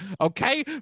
okay